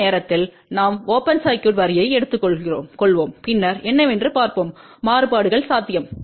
இந்த நேரத்தில் நாம் ஓபன் சர்க்யூட் வரியை எடுத்துக்கொள்வோம் பின்னர் என்னவென்று பார்ப்போம் மாறுபாடுகள் சாத்தியம்